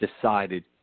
decided